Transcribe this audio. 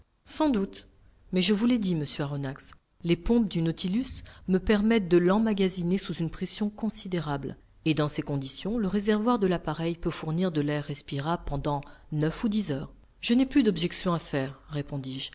sans doute mais je vous l'ai dit monsieur aronnax les pompes du nautilus me permettent de l'emmagasiner sous une pression considérable et dans ces conditions le réservoir de l'appareil peut fournir de l'air respirable pendant neuf ou dix heures je n'ai plus d'objection à faire